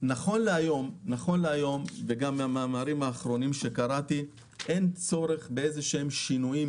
נכון להיום וגם מהמאמרים האחרונים שקראתי אין צורך בשינויים